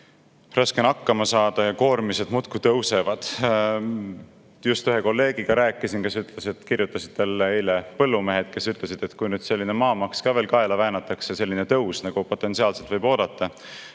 raske on hakkama saada ja koormised muudkui tõusevad. Just rääkisin ühe kolleegiga, kes ütles, et eile kirjutasid talle põllumehed, kes ütlesid, et kui nüüd selline maamaks ka veel kaela väänatakse, selline tõus, nagu potentsiaalselt võib oodata,